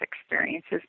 experiences